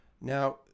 now